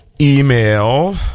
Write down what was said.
email